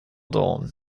dawn